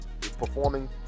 performing